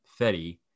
Fetty